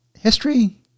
history